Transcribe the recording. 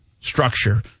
structure –